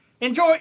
enjoy